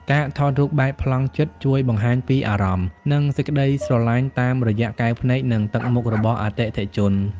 ការថតរូបបែបប្លង់ជិត ជួយបង្ហាញពីអារម្មណ៍ និងសេចក្ដីស្រឡាញ់តាមរយៈកែវភ្នែក និងទឹកមុខរបស់អតិថិជន។